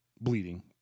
bleeding